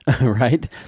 Right